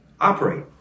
operate